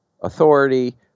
authority